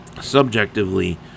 Subjectively